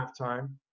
halftime